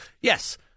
Yes